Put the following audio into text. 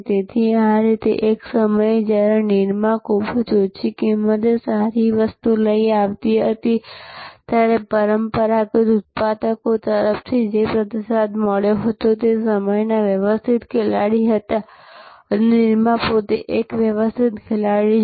તેથી આ રીતે એક સમયે જ્યારે નિરમા ખૂબ જ ઓછી કિંમતે સારી વસ્તુ લઈને આવતી હતી ત્યારે પરંપરાગત ઉત્પાદકો તરફથી જે પ્રતિસાદ મળ્યો હતો તે સમયના વ્યવસ્થિત ખેલાડી હતા હવે નિરમા પોતે એક વ્યવસ્થિત ખેલાડી છે